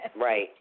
Right